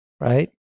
right